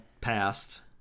passed